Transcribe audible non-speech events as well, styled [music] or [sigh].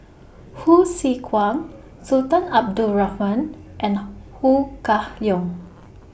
[noise] Hsu Tse Kwang Sultan Abdul Rahman and Ho Kah Leong